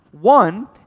One